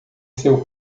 seu